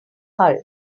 hull